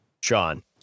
Sean